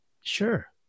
Sure